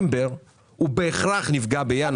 בדצמבר הוא בהכרח נפגע בינואר.